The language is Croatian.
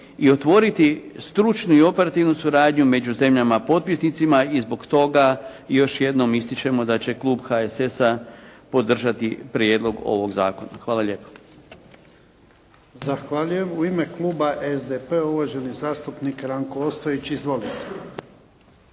i otvoriti stručnu i operativnu suradnju među zemljama potpisnicama i zbog toga još jednom ističemo da će klub HSS-a podržati prijedlog ovog zakona. Hvala. **Jarnjak, Ivan (HDZ)** Zahvaljujem. U ime kluba SDP-a uvaženi zastupnik Ranko Ostojić. Izvolite.